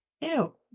ew